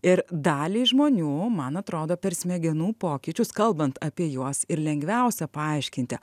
ir daliai žmonių man atrodo per smegenų pokyčius kalbant apie juos ir lengviausia paaiškinti